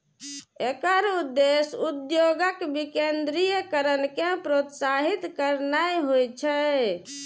एकर उद्देश्य उद्योगक विकेंद्रीकरण कें प्रोत्साहित करनाय होइ छै